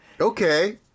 Okay